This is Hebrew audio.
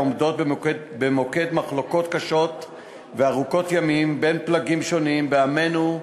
העומדות במוקד מחלוקות קשות וארוכות ימים בין פלגים שונים בעמנו,